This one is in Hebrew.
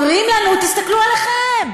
אומרים לנו: תסתכלו עליכם.